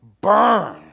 burn